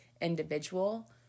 individual